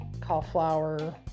cauliflower